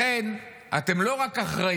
ולכן, אתם לא רק אחראים,